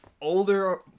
Older